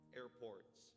airports